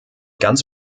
ganz